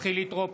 חילי טרופר,